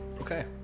Okay